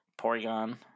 Porygon